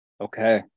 Okay